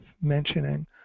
mentioning